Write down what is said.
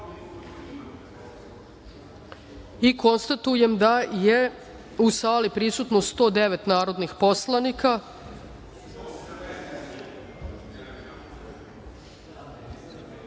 jedinice. Konstatujem da je u sali prisutno 109 narodnih poslanika,